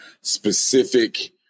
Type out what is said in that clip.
specific